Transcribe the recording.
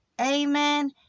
amen